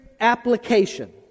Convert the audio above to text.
application